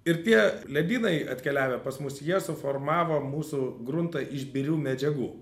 ir tie ledynai atkeliavę pas mus jie suformavo mūsų gruntą iš birių medžiagų